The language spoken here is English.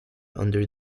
under